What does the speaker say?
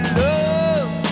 love